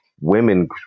women